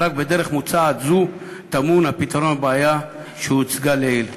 ורק בדרך מוצעת זו טמון הפתרון לבעיה שהוצגה לעיל.